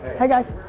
hey guys.